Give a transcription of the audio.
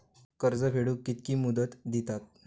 कर्ज फेडूक कित्की मुदत दितात?